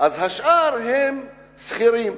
השאר הם שכירים.